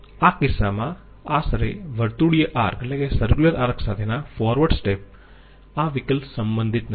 આ કિસ્સામાં આશરે વર્તુળીય આર્ક સાથેના ફોરવર્ડ સ્ટેપ આ વિકલ્પ સંબંધિત નથી